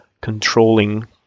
controlling